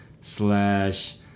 slash